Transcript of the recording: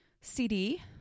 CD